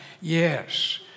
yes